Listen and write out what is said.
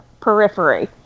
periphery